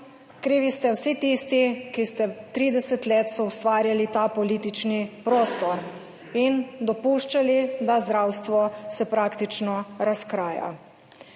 krivi ste vsi tisti, ki ste 30 let soustvarjali ta politični prostor in dopuščali, da se zdravstvo praktično razkraja.